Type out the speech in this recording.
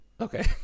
Okay